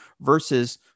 versus